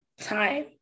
time